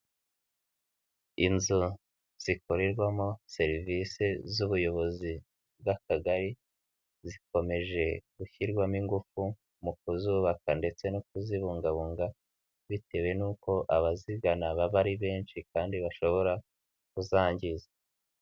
Inzu zikorerwamo serivisi z'ubuyobozi bw'Akagari zikomeje gushyirwamo ingufu mu kuzubaka ndetse no kuzibungabunga bitewe n'uko abazigana baba ari benshi kandi bashobora kuzangiza.